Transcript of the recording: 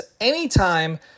anytime